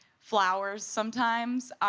flowers sometimes.